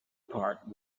part